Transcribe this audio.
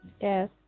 yes